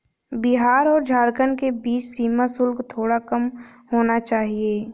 बिहार और झारखंड के बीच सीमा शुल्क थोड़ा कम होना चाहिए